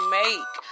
make